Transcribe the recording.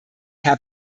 herr